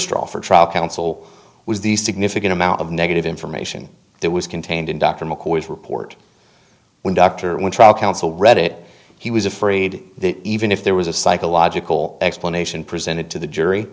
straw for trial counsel was the significant amount of negative information that was contained in dr mccoy's report when dr when trial counsel read it he was afraid that even if there was a psychological explanation presented to the jury